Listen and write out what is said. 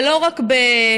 ולא רק במחטף,